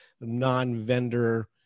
non-vendor